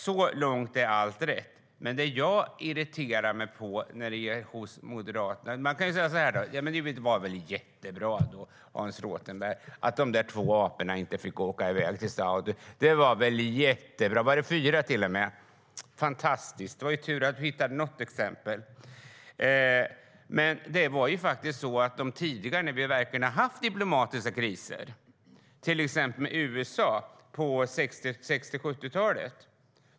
Så långt är allt rätt, men det jag irriterar mig på hos Moderaterna kan man uttrycka så här: Det var väl jättebra, Hans Rothenberg, att de där två aporna inte fick åka i väg till Saudi. Var de fyra, till och med? Fantastiskt! Det var ju tur att du hittade något exempel. Men jämför det med tidigare, när vi verkligen har haft diplomatiska kriser. Ta till exempel den med USA på 60 och 70-talen.